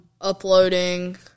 uploading